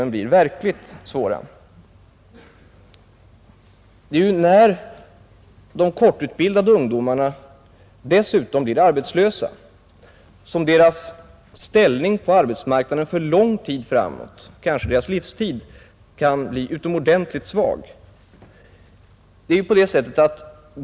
När de kortutbildade ungdomarna blir arbetslösa kan deras ställning på arbetsmarknaden för lång tid — kanske hela deras livstid — bli utomordentligt svag.